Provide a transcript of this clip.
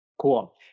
Cool